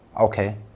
okay